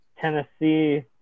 Tennessee